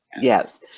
Yes